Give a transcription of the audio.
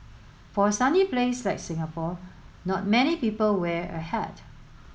for a sunny place like Singapore not many people wear a hat